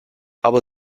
aber